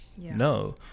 no